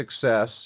Success